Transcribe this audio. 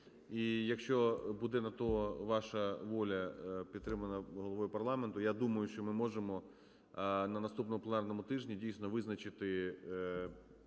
якщо буде на те ваша воля, підтримана Головою парламенту, я думаю, що ми можемо на наступному пленарному тижні дійсно визначити